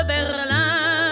Berlin